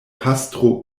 pastro